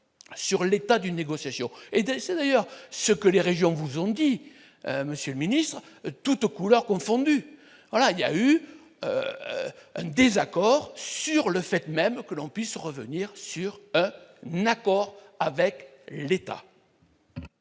sur l'état d'une négociation Edelstenne ailleurs ce que les régions vous ont dit, monsieur le Ministre, toutes couleurs confondues, voilà, il y a eu des accords sur le fait même que l'on puisse revenir sur n'avec l'État.